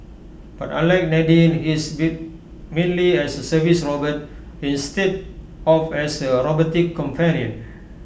but unlike Nadine he is built mainly as A service robot instead of as A robotic companion